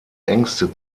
ängste